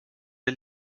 der